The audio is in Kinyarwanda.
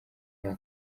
nta